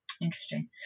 Interesting